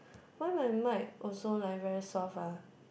why my mic also like very soft ah